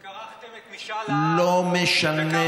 כרכתם את משאל העם, לא משנה.